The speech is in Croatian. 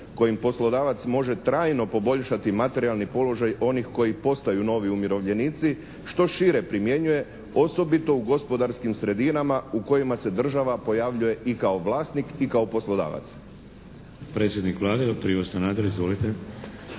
kojim poslodavac može trajno poboljšati materijalni položaj onih koji postaju novi umirovljenici, što šire primjenjuje osobito u gospodarskim sredinama u kojima se država pojavljuje i kao vlasnik i kao poslodavac?